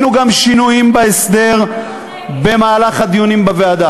הרבה משרדי ממשלה